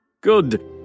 Good